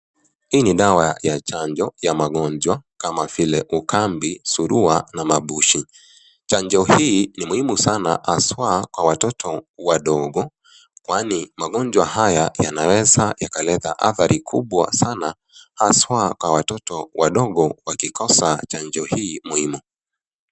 Hii ni dawa ya chanjo ya magonjwa kama vile ukambi, surua na mabushi. Chanjo hii ni muhimu sana haswa kwa watoto wadogo kwani magonjwa haya yanaweza yakaleta adhari kubwa sana haswa kwa watoto wadogo wakikosa chanjo hii muhimu.